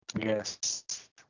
Yes